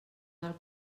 del